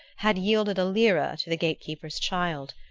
had yielded a lira to the gate-keeper's child.